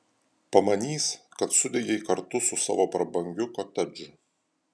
pamanys kad sudegei kartu su savo prabangiu kotedžu